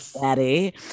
daddy